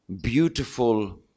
beautiful